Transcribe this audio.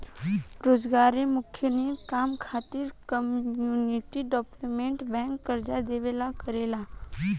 रोजगारोन्मुख काम खातिर कम्युनिटी डेवलपमेंट बैंक कर्जा देवेला करेला